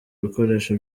ibikoresho